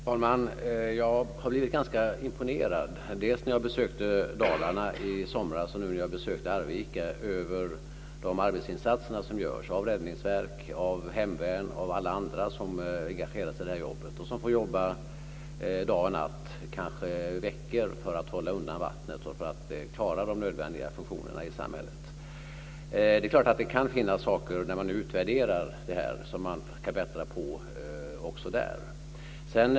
Fru talman! Jag har blivit ganska imponerad, både när jag besökte Dalarna i somras och när jag nu besökte Arvika, över de arbetsinsatser som görs av räddningsverk, hemvärn och av alla andra som engagerar sig i det här jobbet och som får jobba dag och natt, kanske i veckor, för att hålla undan vattnet och för att klara de nödvändiga funktionerna i samhället. Det är klart att man, när man nu utvärderar det här, kan finna saker som man kan bättra på också i det avseendet.